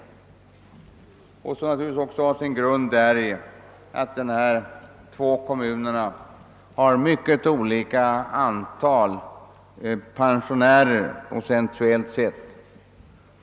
Detta har naturligtvis också sin grund däri att de skilda kommunerna har mycket olika antal pensionärer procentuellt sett.